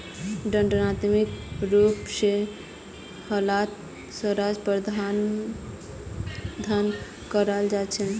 दण्डात्मक रूप स यहात सज़ार प्रावधान कराल जा छेक